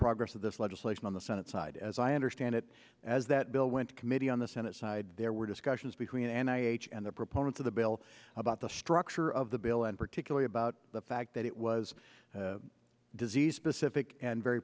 progress of this legislation on the senate side as i understand it as that bill went to committee on the senate side there were discussions between and i and the proponents of the bill about the structure of the bill and particularly about the fact that it was disease specific and very